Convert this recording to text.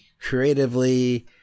creatively